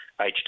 HD